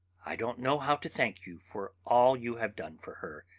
i don't know how to thank you for all you have done for her.